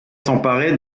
s’emparer